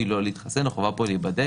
היא לא להתחסן, אלא החובה כאן היא להיבדק.